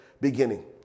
beginning